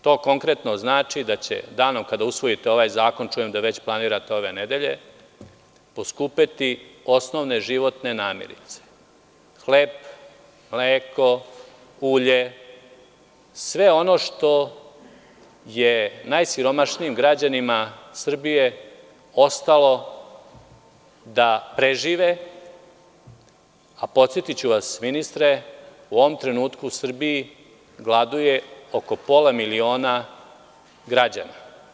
To konkretno znači da će danom kada usvojite ovaj zakon, čujem da već planirate ove nedelje, poskupeti osnovne životne namirnice – hleb, mleko, ulje, sve ono što je najsiromašnijim građanima Srbije ostalo da prežive, a podsetiću vas, ministre, da u ovom trenutku u Srbiji gladuje oko pola miliona građana.